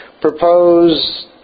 propose